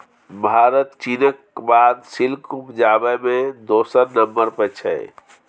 भारत चीनक बाद सिल्क उपजाबै मे दोसर नंबर पर छै